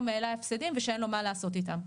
העלה הפסדים ושאין לו מה לעשות איתם.